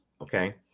okay